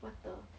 what the